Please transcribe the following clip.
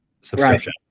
subscription